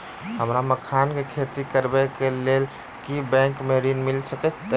हमरा मखान केँ खेती करबाक केँ लेल की बैंक मै ऋण मिल सकैत अई?